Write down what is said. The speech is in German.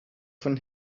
von